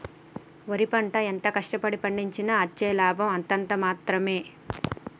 వరి పంట ఎంత కష్ట పడి పండించినా అచ్చే లాభం అంతంత మాత్రవే